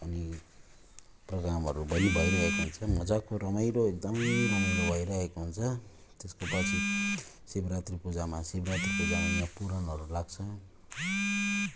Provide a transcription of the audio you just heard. अनि प्रोग्रामहरू पनि भइरहेको हुन्छन् मजाको रमाइलो एकदम रमाइलो भइरहेको हुन्छ त्यसको पछि शिवरात्रि पूजामा चाहिँ गायत्री पूजामा यहाँ पुराणहरू लाग्छन्